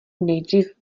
nejdřív